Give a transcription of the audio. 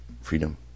Freedom